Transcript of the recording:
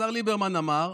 השר ליברמן אמר: